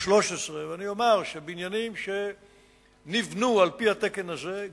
413. אני אומר שבניינים שנבנו על-פי התקן הזה,